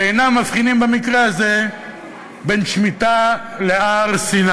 שאינם מבחינים במקרה הזה בין שמיטה להר-סיני.